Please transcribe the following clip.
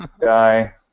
guy